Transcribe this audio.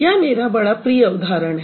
यह मेरा बड़ा प्रिय उदाहरण है